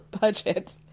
budget